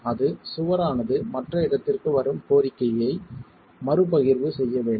அது சுவர் ஆனது மற்ற இடத்திற்கு வரும் கோரிக்கையை மறுபகிர்வு செய்ய வேண்டும்